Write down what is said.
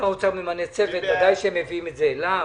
שר האוצר ממנה צוות, ודאי שהם מביאים את זה אליו.